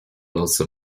losy